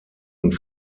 und